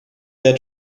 their